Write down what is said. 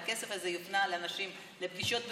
והכסף הזה יופנה לפגישות בזום,